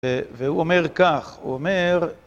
והוא אומר כך, הוא אומר